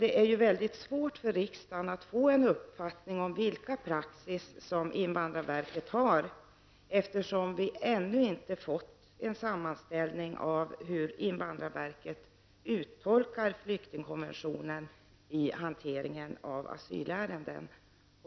Det är mycket svårt för riksdagen att få en uppfattning om invandrarverkets praxis, eftersom vi ännu inte har fått en sammanställning av hur invandrarverket uttolkar flyktingkonventionen i sin hantering av asylärenden.